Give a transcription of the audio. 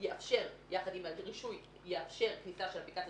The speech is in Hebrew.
יאפשר יחד עם הרישוי כניסה של אפליקציות